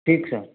ठीक सर